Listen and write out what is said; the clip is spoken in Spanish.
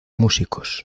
músicos